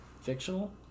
fictional